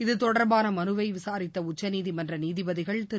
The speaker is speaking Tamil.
இத்தொடர்பாள மனுவை விசாரித்த உச்சநீதிமன்ற நீதிபதிகள் திரு